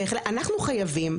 אנחנו חייבים,